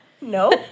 No